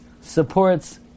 supports